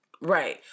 Right